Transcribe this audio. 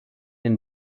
den